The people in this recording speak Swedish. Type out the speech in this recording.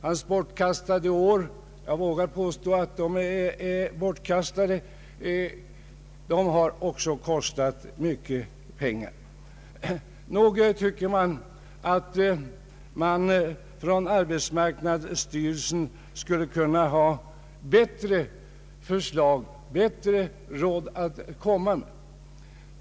Hans bortkastade år — jag vågar påstå att de är bortkastade — har också kostat mycket pengar. Nog tycker man att arbetsmarknadsstyrelsen skulle kunna ha bättre förslag och råd att komma med.